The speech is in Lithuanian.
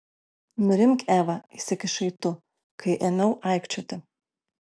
nurimk eva įsikišai tu kai ėmiau aikčioti